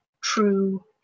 true